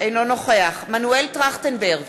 אינו נוכח מנואל טרכטנברג,